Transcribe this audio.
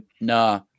nah